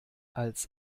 als